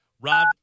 Rob